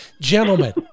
Gentlemen